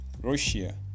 russia